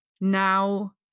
now